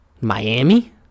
Miami